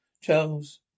Charles